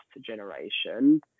Generation